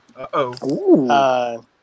Uh-oh